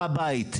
הר הבית,